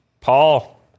paul